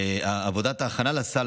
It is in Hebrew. כי עבודת ההכנה לסל,